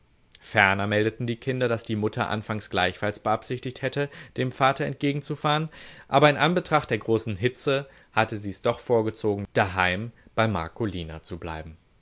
ferner meldeten die kinder daß die mutter anfangs gleichfalls beabsichtigt hätte dem vater entgegenzufahren aber in anbetracht der großen hitze hatte sie's doch vorgezogen daheim bei marcolina zu bleiben